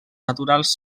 naturals